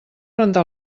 rentar